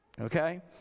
Okay